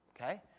Okay